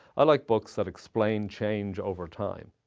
i like books that explain change over time,